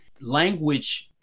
language